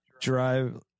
drive